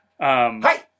Hi